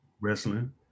wrestling